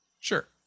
Sure